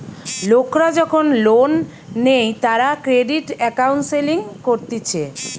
লোকরা যখন লোন নেই তারা ক্রেডিট কাউন্সেলিং করতিছে